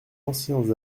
anciens